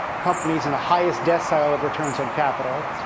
companies in the highest decile of returns on capital.